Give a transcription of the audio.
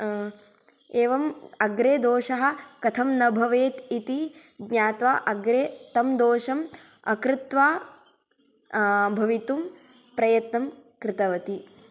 एवम् अग्रे दोषः कथं न भवेत् इति ज्ञात्वा अग्रे तं दोषम् अकृत्वा भवितुं प्रयत्नं कृतवती